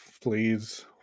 please